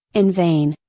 in vein.